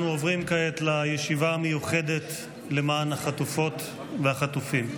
אנו עוברים כעת לישיבה המיוחדת למען החטופות והחטופים.